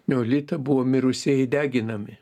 neolitą buvo mirusieji deginami